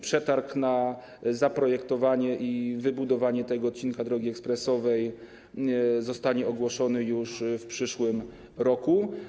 Przetarg na zaprojektowanie i wybudowanie tego odcinka drogi ekspresowej zostanie ogłoszony już w przyszłym roku.